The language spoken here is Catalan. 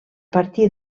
partir